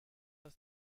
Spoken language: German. ist